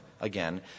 again